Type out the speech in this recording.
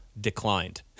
Declined